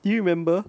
do you remember